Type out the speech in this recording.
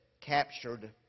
captured